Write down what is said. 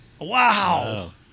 Wow